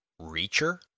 Reacher